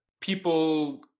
people